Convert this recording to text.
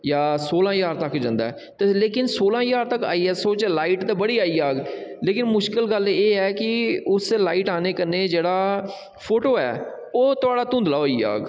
जां सोलां ज्हार तक जंदा ऐ जां लेकिन सौलां ज्हार तक आईएसओ च लाईट ते बड़ी आई जाह्ग लेकिन मुश्कल गल्ल एह् ऐ कि उस लाईट औने कन्नै जेह्ड़ा फोटो ऐ ओह् थुआढ़ा धुंधला होई जाह्ग